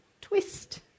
twist